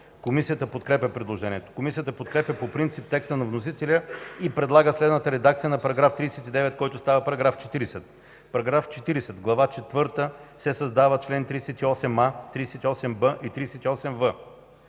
Комисията подкрепя предложението. Комисията подкрепя по принцип текста на вносителя и предлага следната редакция на § 39, който става § 40: „§ 40. В Глава четвърта се създават чл. 38а, 38б и 38в: